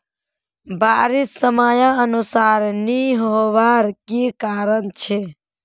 बारिश समयानुसार नी होबार की कारण छे?